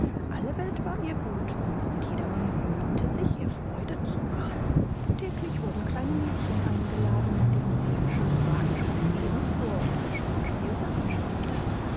alle welt war ihr gut und jedermann bemühte sich ihr freude zu machen täglich wurden kleine mädchen eingeladen mit denen sie im schönen wagen spatzieren fuhr und mit schönen spielsachen spielte